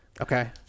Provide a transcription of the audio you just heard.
Okay